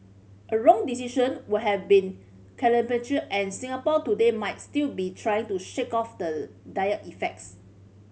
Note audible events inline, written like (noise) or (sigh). a wrong decision would have been (unintelligible) and Singapore today might still be trying to shake off the dire effects